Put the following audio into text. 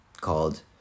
called